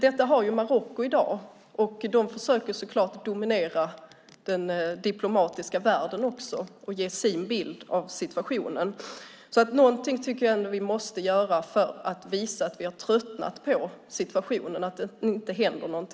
Detta har Marocko i dag, och de försöker så klart dominera den diplomatiska världen och ge sin bild av situationen. Något måste vi göra för att visa att vi har tröttnat på situationen, det vill säga att det inte händer något.